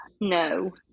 No